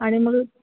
आणि मग